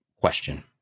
question